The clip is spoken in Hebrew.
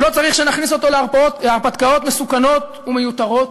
הוא לא צריך שנכניס אותו להרפתקאות מסוכנות ומיותרות,